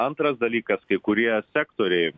antras dalykas kai kurie sektoriai